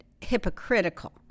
hypocritical